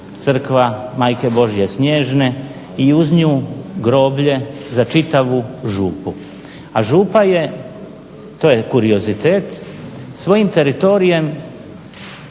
crkva Majke Božje snježne i uz nju groblje za čitavu župu. A župa je, to je kuriozitet, svojim teritorijem